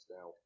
Now